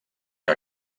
que